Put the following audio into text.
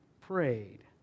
prayed